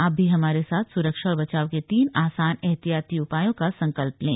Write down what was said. आप भी हमारे साथ सुरक्षा और बचाव के तीन आसान एहतियाती उपायों का संकल्प लें